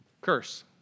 curse